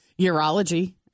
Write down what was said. Urology